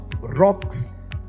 rocks